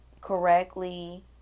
correctly